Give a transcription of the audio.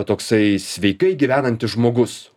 toksai sveikai gyvenantis žmogus